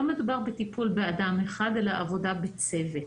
מדובר בטיפול באדם אחד אלא עבודה בצוות.